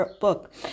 book